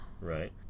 right